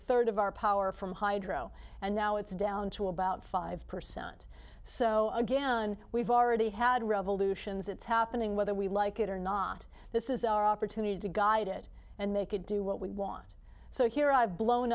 third of our power from hydro and now it's down to about five percent so again we've already had revolutions it's happening whether we like it or not this is our opportunity to guide it and they could do what we want so here i've blown